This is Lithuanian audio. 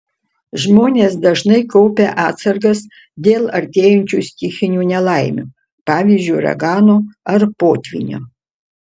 žmonės dažnai kaupia atsargas dėl artėjančių stichinių nelaimių pavyzdžiui uragano ar potvynio